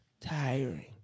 tiring